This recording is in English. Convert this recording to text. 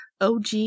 OG